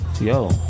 yo